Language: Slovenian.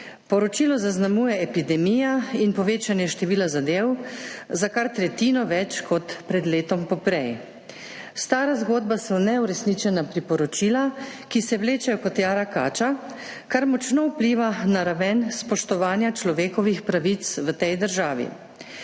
Poročilo zaznamujeta epidemija in povečanje števila zadev za kar tretjino več kot pred letom poprej. Stara zgodba so neuresničena priporočila, ki se vlečejo kot jara kača, kar močno vpliva na raven spoštovanja človekovih pravic v tej državi.